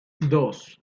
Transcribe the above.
dos